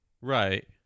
Right